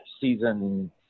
season